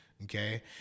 Okay